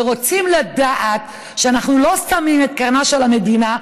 ורוצים לדעת שאנחנו לא שמים את קרנה של המדינה,